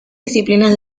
disciplinas